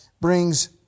brings